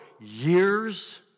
years